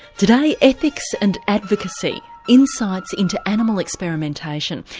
today ethics and advocacy insights into animal experimentation.